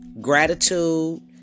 gratitude